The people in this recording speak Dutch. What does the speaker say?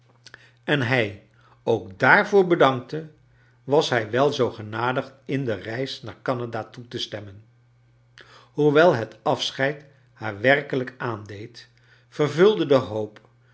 en hij ook daarvoor bedankte was hij wel zoo genadig in de reis naar canada toe te stemmen hoewel het afscheid haar werkelijk aandeed vervulde de hoop